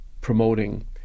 promoting